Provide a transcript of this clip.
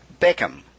Beckham